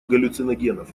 галлюциногенов